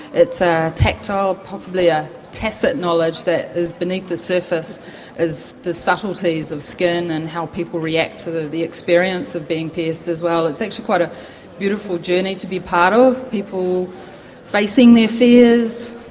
it's a tactile, possibly a tacit knowledge that is beneath the surface as the subtleties of skin and how people react to the the experience of being pierced as well. it's actually quite a beautiful journey to be part of, people facing their fears,